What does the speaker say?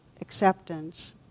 acceptance